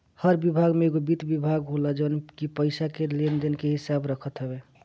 हर विभाग में एगो वित्त विभाग होला जवन की पईसा के लेन देन के हिसाब रखत हवे